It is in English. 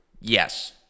Yes